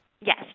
Yes